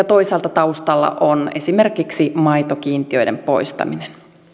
toisaalta taustalla on esimerkiksi maitokiintiöiden poistaminen